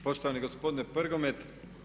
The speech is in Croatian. Poštovani gospodine Prgomet.